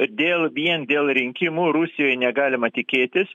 dėl vien dėl rinkimų rusijoj negalima tikėtis